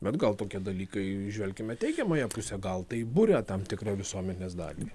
bet gal tokie dalykai įžvelkime teigiamąją pusę gal taip buria tam tikrą visuomenės dalį